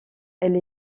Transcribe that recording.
elle